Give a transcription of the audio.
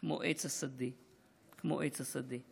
/ כמו עץ השדה / כמו עץ השדה".